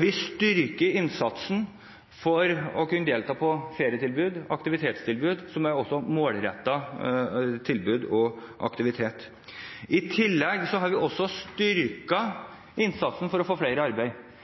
Vi styrker innsatsen for å kunne delta på ferietilbud og aktivitetstilbud, som også er målrettede tilbud. I tillegg har vi styrket innsatsen for å få flere i arbeid